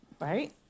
Right